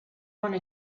wanna